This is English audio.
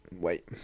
Wait